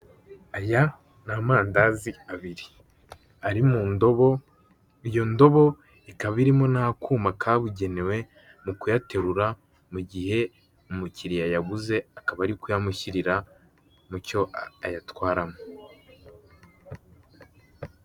Aya ni amandazi abiri ari mu ndobo, iyo ndobo ikaba irimo n'akuma kabugenewe mu kuyaterura mu gihe umukiriya ayaguze bakaba bari kuyamushyirira mu cyo ayatwaramo.